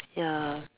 ya